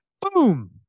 Boom